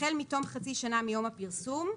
החל מתום חצי שנה מיום הפרסום,